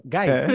Guys